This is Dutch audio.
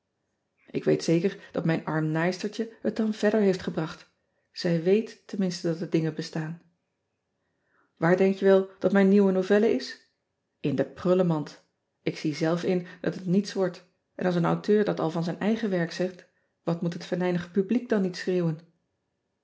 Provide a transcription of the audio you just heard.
k weet zeker dat mijn arm naaistertje het dan verder heeft gebracht zij weet tenminste dat de dingen bestaan aar denk je wel dat mijn nieuwe novelle is n de prullenmand k zie zelf in dat het niets wordt en als een auteur dat al van zijn eigen werk zegt wat moet het venijnige publiek dan niet schreeuwen